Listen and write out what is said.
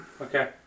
Okay